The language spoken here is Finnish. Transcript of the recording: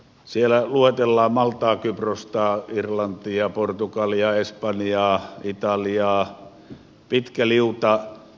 siellä luetellaan maltaa kyprosta irlantia portugalia espanjaa italiaa pitkä liuta